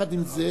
יחד עם זה,